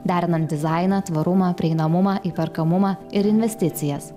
derinant dizainą tvarumą prieinamumą įperkamumą ir investicijas